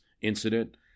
incident